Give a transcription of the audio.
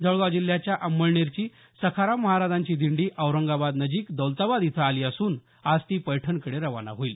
जळगाव जिल्ह्याच्या अंमळनेरची सखाराम महाराजांची दिंडी औरंगाबाद नजिक दौलताबाद इथं आली असून आज ती पैठणकडे रवाना होईल